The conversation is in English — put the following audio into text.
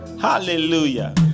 hallelujah